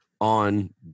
on